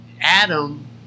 Adam